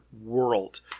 world